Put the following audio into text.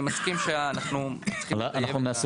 אני מסכים שאנחנו --- אנחנו נעשה